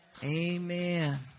Amen